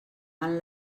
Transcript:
van